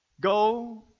Go